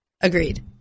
Agreed